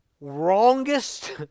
wrongest